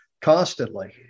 constantly